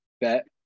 bet